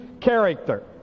character